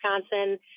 Wisconsin